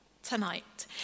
tonight